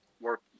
work